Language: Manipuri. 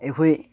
ꯑꯩꯈꯣꯏ